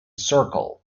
circle